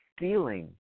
feeling